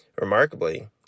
Remarkably